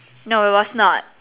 no it was not